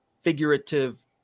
figurative